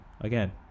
again